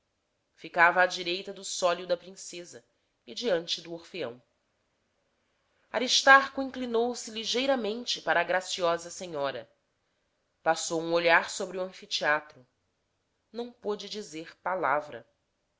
ficava à direita do sólio da princesa e diante do orfeão aristarco inclinou-se ligeiramente para a graciosa senhora passeou um olhar sobre o anfiteatro não pôde dizer palavra